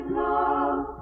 love